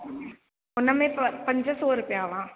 हुन में प पंज सौ रुपया हुआ